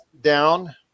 down